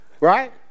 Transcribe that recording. Right